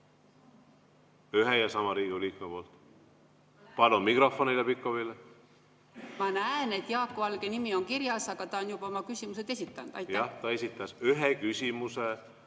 ühe ja sama Riigikogu liikme poolt. Palun mikrofon Heljo Pikhofile. Ma näen, et Jaak Valge nimi on kirjas, aga ta on juba oma küsimused esitanud. Jah, ta esitas ühe küsimuse